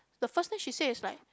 the first thing she said is like